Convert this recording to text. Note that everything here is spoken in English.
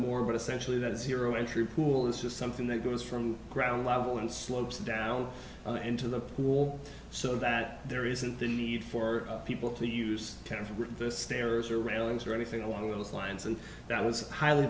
more but essentially that zero entry pool is just something that goes from ground level and slopes down into the pool so that there isn't the need for people to use them for the stairs or railings or anything along those lines and that was highly